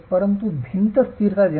संपूर्ण भिंत स्थिरता देणार